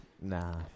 nah